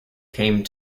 came